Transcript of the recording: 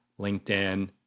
LinkedIn